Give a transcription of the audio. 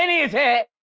and is it